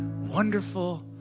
wonderful